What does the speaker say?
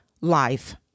life